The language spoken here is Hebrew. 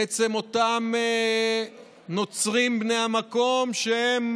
בעצם אותם נוצרים בני המקום שהם